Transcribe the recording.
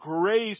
grace